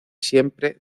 siempre